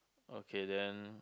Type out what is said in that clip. okay then